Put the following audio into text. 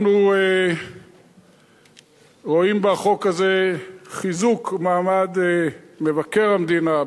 אנחנו רואים בחוק הזה חיזוק מעמד מבקר המדינה,